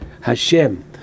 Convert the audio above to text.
Hashem